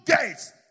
gates